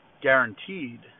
guaranteed